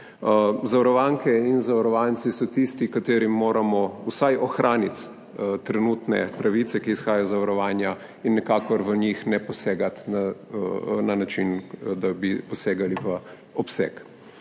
Zavarovanke in zavarovanci so tisti, katerim moramo vsaj ohraniti trenutne pravice, ki izhajajo iz zavarovanja in nikakor v njih ne posegati na način, da bi posegali v obseg.